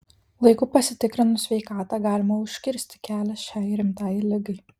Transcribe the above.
laiku pasitikrinus sveikatą galima užkirsti kelią šiai rimtai ligai